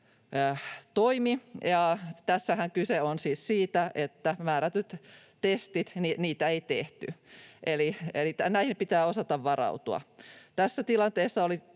toimi. Tässähän kyse on siis siitä, että määrättyjä testejä ei tehty. Eli näihin pitää osata varautua. Tässä tilanteessa oli